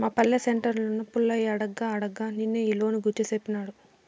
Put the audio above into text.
మా పల్లె సెంటర్లున్న పుల్లయ్య అడగ్గా అడగ్గా నిన్నే ఈ లోను గూర్చి సేప్పినాడు